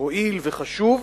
מועיל וחשוב.